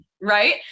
Right